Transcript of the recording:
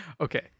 Okay